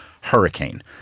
hurricane